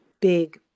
big